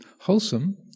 wholesome